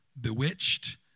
bewitched